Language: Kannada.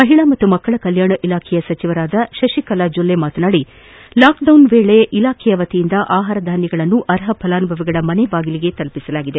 ಮಹಿಳಾ ಮತ್ತು ಮಕ್ಕಳ ಕಲ್ಲಾಣ ಸಚಿವೆ ಶಶಿಕಲಾ ಜೊಲ್ಲೆ ಮಾತನಾಡಿ ಲಾಕ್ಡೌನ್ ಸಂದರ್ಭದಲ್ಲಿ ಇಲಾಖೆ ವತಿಯಿಂದ ಆಹಾರ ಧಾನ್ಯಗಳನ್ನು ಅರ್ಹ ಫಲಾನುಭವಿಗಳ ಮನೆ ಬಾಗಿಲಿಗೆ ತಲುಪಿಸಲಾಗಿದೆ